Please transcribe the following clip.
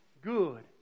good